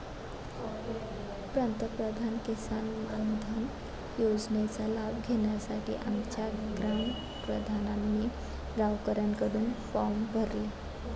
पंतप्रधान किसान मानधन योजनेचा लाभ घेण्यासाठी आमच्या ग्राम प्रधानांनी गावकऱ्यांकडून फॉर्म भरले